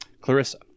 Clarissa